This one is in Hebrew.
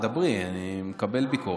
דברי, אני מקבל ביקורת.